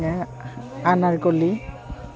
আনাৰ কলি